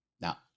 now